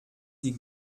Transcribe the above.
die